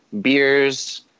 beers